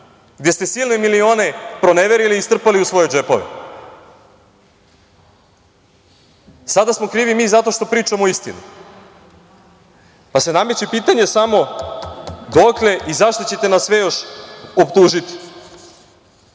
gde ste silne milione proneverili i strpali u svoje džepove. Sada smo krivi mi zato što pričamo istinu pa se nameće pitanje samo - dokle i za šta ćete nas sve još